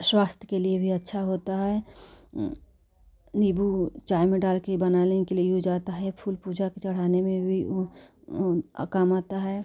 स्वास्थ के लिए भी अच्छा होता है नींबू चाय में कर बनाने के लिए यूज आता है फूल पूजा के चढ़ाने में भी उ काम आता है